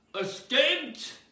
Escaped